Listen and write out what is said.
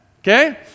okay